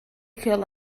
kill